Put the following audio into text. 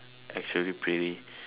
actually pretty